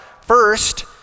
first